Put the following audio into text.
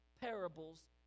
parables